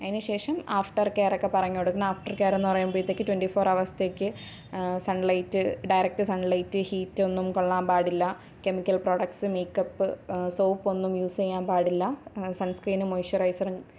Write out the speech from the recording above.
അതിനുശേഷം ആഫ്റ്റർ കെയറൊക്കെ പറഞ്ഞുകൊടുക്കണം ആഫ്റ്റർ കെയറെന്ന് പറയുമ്പോഴത്തേക്കും ട്വൻ്റി ഫോർ ഹവേഴ്സെത്തേക്ക് സൺലൈറ്റ് ഡയറക്റ്റ് സൺലൈറ്റ് ഹീറ്റ് ഒന്നും കൊള്ളാൻ പാടില്ല കെമിക്കൽ പ്രോഡക്ട്സ് മേക്കപ്പ് സോപ്പ് ഒന്നും യൂസ് ചെയ്യാൻ പാടില്ല സൺസ്ക്രീനും മോയിസ്ച്ചറൈസറും